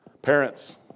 Parents